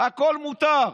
הכול מותר.